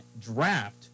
draft